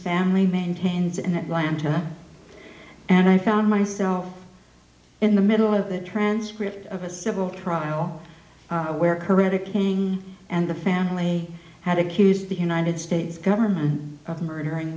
family maintains in atlanta and i found myself in the middle of the transcript of a civil trial where caret the king and the family had accused the united states government of murdering